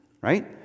right